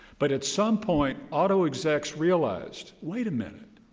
but at some point, auto execs realized, wait a minute,